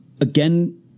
Again